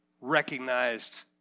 recognized